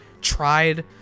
tried